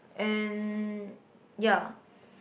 and yeah